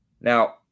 Now